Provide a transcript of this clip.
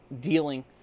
dealing